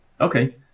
Okay